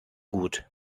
gut